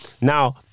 Now